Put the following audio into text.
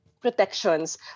protections